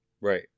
Right